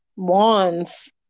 wands